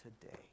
today